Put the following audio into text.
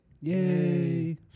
Yay